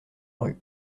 rue